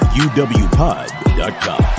uwpod.com